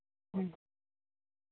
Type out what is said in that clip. ᱦᱩᱸ